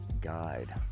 Guide